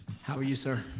how are you sir?